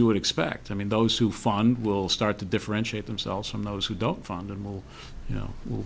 you would expect i mean those who fund will start to differentiate themselves from those who don't fund and well you know we